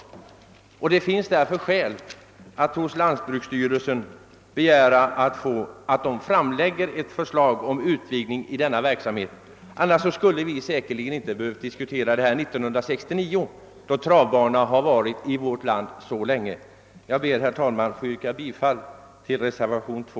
Det finns därför skäl att hos lantbruksstyrelsen begära att det framläggs ett förslag om utvidgning av denna verksamhet. Hade det redan skett en utvidgning skulle vi säkerligen inte behövt diskutera detta 1969, då travbanor funnits i vårt land så länge. Herr talman! Jag ber att få yrka bifall till reservationen 2.